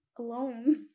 alone